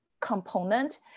component